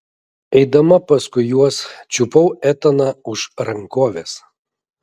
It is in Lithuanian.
eidama paskui juos čiupau etaną už rankovės